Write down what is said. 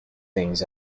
things